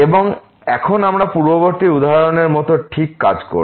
এবং এখন আমরা পূর্ববর্তী উদাহরণের মতো ঠিক কাজ করব